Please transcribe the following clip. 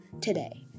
today